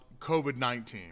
COVID-19